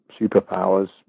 superpowers